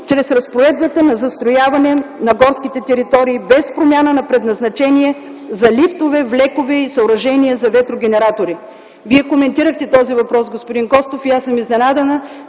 чрез разпоредбата на застрояване на горските територии без промяна на предназначение за лифтове, влекове и съоръжения за ветрогенератори. Вие коментирахте този въпрос, господин Костов, и аз съм изненадана,